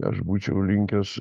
aš būčiau linkęs